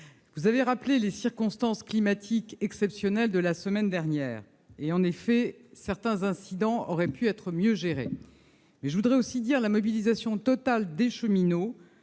vous avez rappelé les circonstances climatiques exceptionnelles de la semaine dernière. En effet, certains incidents auraient pu être mieux gérés. Je voudrais aussi dire la mobilisation totale des cheminots